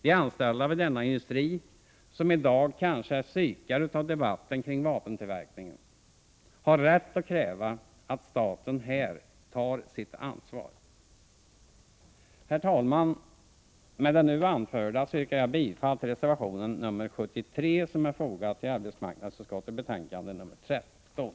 De anställda vid denna industri — som i dag kanske är psykade av debatten kring vapentillverkningen — har rätt att kräva att staten tar sitt ansvar. Herr talman! Med det nu anförda yrkar jag bifall till reservationen nr 73, som är fogad till arbetsmarknadsutskottets betänkande nr 13.